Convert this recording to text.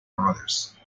bros